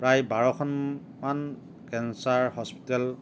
প্ৰায় বাৰখনমান cancer hospital